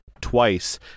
twice